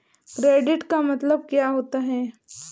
Credit का मतलब क्या होता है?